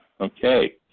Okay